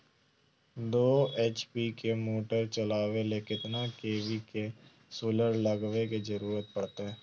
दो एच.पी के मोटर चलावे ले कितना के.वी के सोलर लगावे के जरूरत पड़ते?